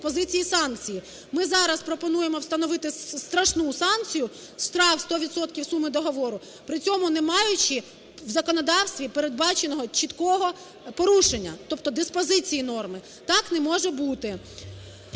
Ми зараз пропонуємо встановити страшну санкцію – штраф сто відсотків суми договору, при цьому не маючи в законодавстві передбаченого чіткого порушення, тобто диспозиції норми, так не може бути.